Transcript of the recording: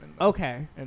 Okay